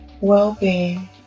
well-being